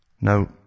Now